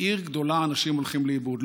בעיר גדולה אנשים הולכים לאיבוד.